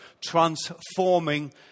transforming